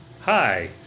Hi